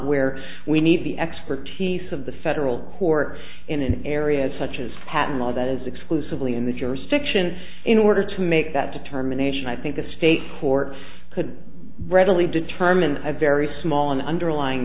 where we need the expertise of the federal court in an area such as patent law that is exclusively in the jurisdiction in order to make that determination i think the state court could readily determine a very small an underlying